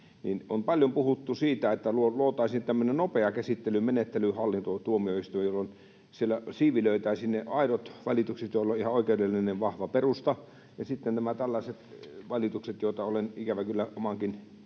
On paljon puhuttu siitä, että luotaisiin tämmöinen nopea käsittelymenettely hallintotuomioistumille. Siellä siivilöitäisiin ne aidot valitukset, joilla on ihan vahva oikeudellinen perusta, ja sitten nämä tällaiset valitukset, joita olen ikävä kyllä omankin